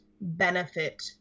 benefit